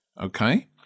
okay